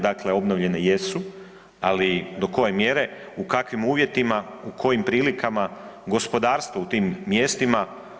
Dakle, obnovljene jesu ali do koje mjere, u kakvim uvjetima, u kojim prilikama, gospodarstvo u tim mjestima.